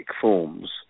forms